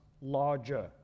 larger